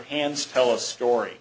hands tell a story